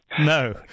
No